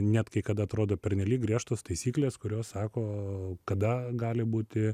net kai kada atrodo pernelyg griežtos taisyklės kurios sako kada gali būti